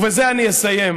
ובזה אני אסיים,